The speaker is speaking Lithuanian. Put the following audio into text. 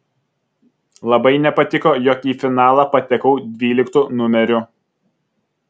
labai nepatiko jog į finalą patekau dvyliktu numeriu